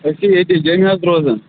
أسۍ چھِ ییٚتی جمہِ حظ روزان